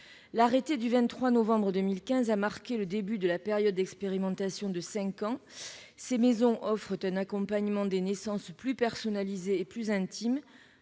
L'arrêté du 23 novembre 2015 a marqué le début de la période d'expérimentation de cinq ans. Ces maisons offrent un accompagnement des naissances plus personnalisé et plus intime,